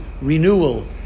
renewal